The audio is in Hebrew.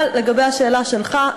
אבל לגבי השאלה שלך,